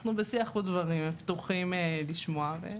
אנו בשיח ודברים, פתוחים לשמוע.